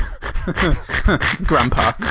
Grandpa